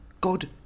God